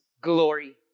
glory